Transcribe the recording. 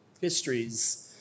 histories